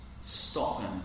stopping